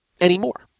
anymore